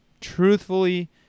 truthfully